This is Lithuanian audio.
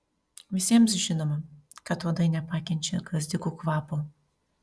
visiems žinoma kad uodai nepakenčia gvazdikų kvapo